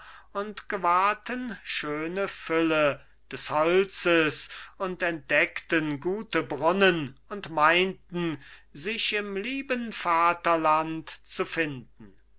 und gewahrten schöne fülle des holzes und entdeckten gute brunnen und meinten sich im lieben vaterland zu finden